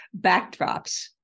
backdrops